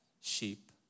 sheep